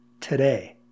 today